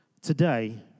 today